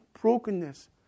brokenness